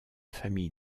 famille